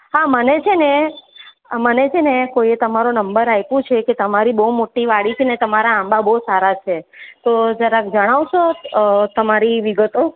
હા મને છે ને મને છે ને કોઈએ તમારો નંબર આપ્યો છે કે તમારી બહુ મોટી વાડી છે ને તમારા આંબા બહુ સારા છે તો જરાક જણાવશો તમારી વિગતો